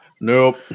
Nope